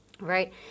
Right